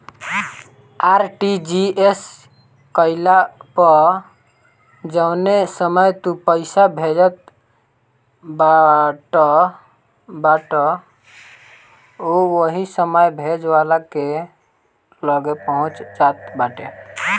RTGS कईला पअ जवने समय तू पईसा भेजत बाटअ उ ओही समय भेजे वाला के लगे पहुंच जात बाटे